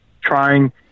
trying